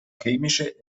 chemische